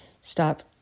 stop